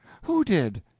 who did?